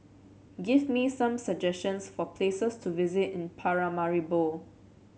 gives me some suggestions for places to visit in Paramaribo